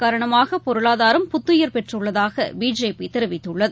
காரணமாகபொருளாதாரம் புத்தயிர் பெற்றுள்ளதாகபிஜேபிதெரிவித்துள்ளது